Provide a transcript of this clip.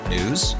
News